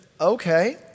okay